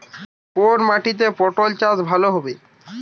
কোন মাটিতে পটল চাষ ভালো হবে?